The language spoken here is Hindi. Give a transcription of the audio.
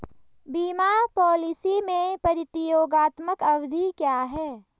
बीमा पॉलिसी में प्रतियोगात्मक अवधि क्या है?